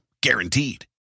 Guaranteed